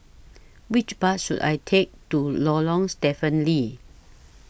Which Bus should I Take to Lorong Stephen Lee